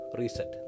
reset